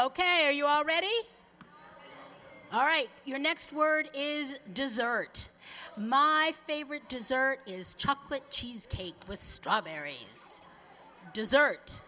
ok are you already all right your next word is dessert my favorite dessert is chocolate cheesecake with strawberries dessert